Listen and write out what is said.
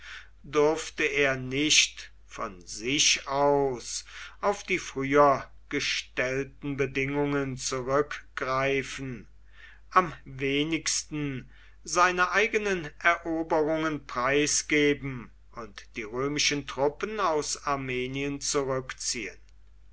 durfte er nicht von sich aus auf die früher gestellten bedingungen zurückgreifen am wenigsten seine eigenen eroberungen preisgeben und die römischen truppen aus armenien zurückziehen